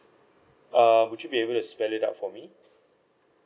err would you be able to spell it out for me